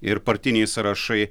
ir partiniai sąrašai